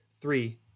Three